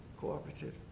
cooperative